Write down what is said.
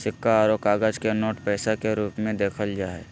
सिक्का आरो कागज के नोट पैसा के रूप मे देखल जा हय